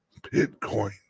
Bitcoin